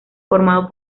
formado